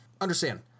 Understand